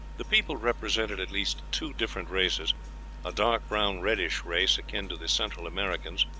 the people represented at least two different races a dark brown reddish race, akin to the central americans,